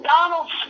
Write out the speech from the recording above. Donald